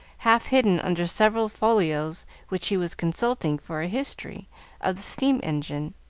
half hidden under several folios which he was consulting for a history of the steam-engine,